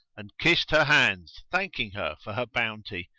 and kissed her hands thanking her for her bounty,